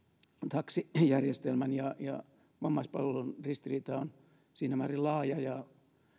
taksijärjestelmän ja ja vammaispalvelulain ristiriita on siinä määrin laaja ja